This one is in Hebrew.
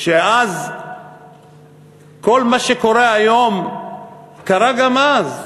וכל מה שקורה היום קרה גם אז,